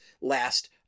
last